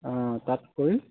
অঁ তাত কৰিম